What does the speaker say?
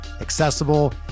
accessible